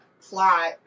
plot